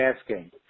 asking